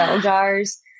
jars